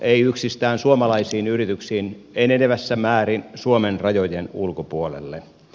ei yksistään suomalaisiin yrityksiin enenevässä määrin suomen rajojen ulkopuolelle